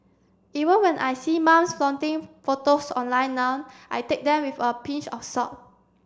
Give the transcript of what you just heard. even when I see mum's flaunting photos online now I take them with a pinch of salt